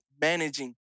managing